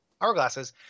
hourglasses